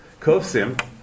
Kovsim